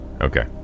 Okay